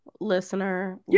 listener